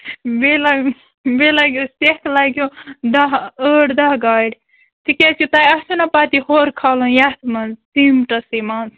بیٚیہِ لَگن بیٚیہِ لَگٮ۪س ٹیٚہہ لگٮ۪س دَہ ٲٹھ دَہ گاڑِ تِکیٛازِ کہِ تۄہہِ آسنو نا پَتہٕ یورٕ کھالُن یتھ مںٛز سیٖمٹَسٕے منٛز